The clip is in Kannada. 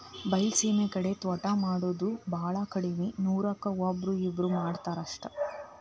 ಬೈಲಸೇಮಿ ಕಡೆ ತ್ವಾಟಾ ಮಾಡುದ ಬಾಳ ಕಡ್ಮಿ ನೂರಕ್ಕ ಒಬ್ಬ್ರೋ ಇಬ್ಬ್ರೋ ಮಾಡತಾರ ಅಷ್ಟ